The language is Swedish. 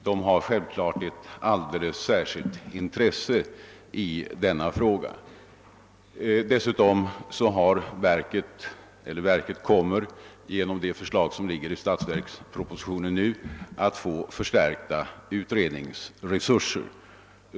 Dessa har självklart ett alldeles särskilt intresse av denna fråga. Dessutom kommer verket genom det förslag som inryms i årets statsverksproposition att få förstärkta utredningsresurser.